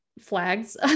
flags